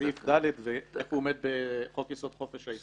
לסעיף (ד), איך הוא עומד בחוק יסוד: חופש העיסוק.